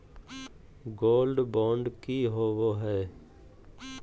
Gold bond की होबो है?